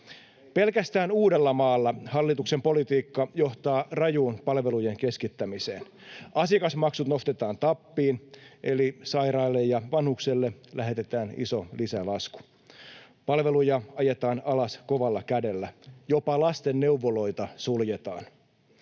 Pelkästään Uudellamaalla hallituksen politiikka johtaa rajuun palvelujen keskittämiseen. Asiakasmaksut nostetaan tappiin eli sairaille ja vanhuksille lähetetään iso lisälasku. Palveluja ajetaan alas kovalla kädellä, jopa lastenneuvoloita suljetaan,